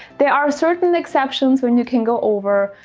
there are certain exceptions when you can go over.